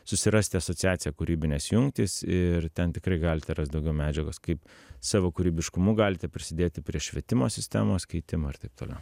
susirasti asociaciją kūrybinės jungtys ir ten tikrai galite rast daugiau medžiagos kaip savo kūrybiškumu galite prisidėti prie švietimo sistemos keitimo ir taip toliau